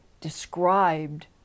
described